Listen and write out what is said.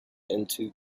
into